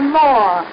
more